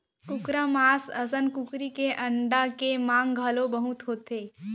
कुकरा मांस असन कुकरी के अंडा के मांग घलौ बहुत हे